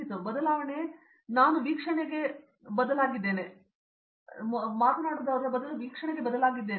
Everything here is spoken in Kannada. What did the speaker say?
ಆದ್ದರಿಂದ ಬದಲಾವಣೆ ನಾನು ವೀಕ್ಷಣೆಗೆ ಬದಲಾದ ವಾದದಿಂದ ಹೋಲುತ್ತದೆ